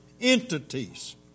entities